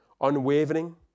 unwavering